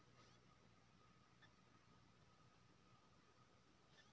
अपने बैंक के दोसर ब्रांच के अकाउंट म पैसा केना भेजबै?